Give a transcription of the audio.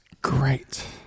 great